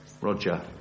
Roger